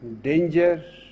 danger